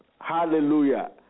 Hallelujah